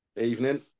Evening